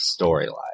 storyline